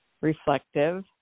reflective